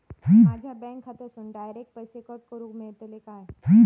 माझ्या बँक खात्यासून डायरेक्ट पैसे कट करूक मेलतले काय?